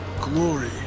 glory